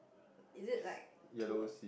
is it like two